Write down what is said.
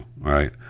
right